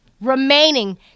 Remaining